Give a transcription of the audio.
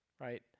right